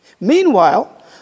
Meanwhile